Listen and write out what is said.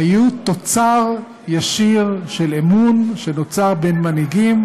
היו תוצר ישיר של אמון שנוצר בין מנהיגים